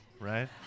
right